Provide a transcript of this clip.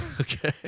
Okay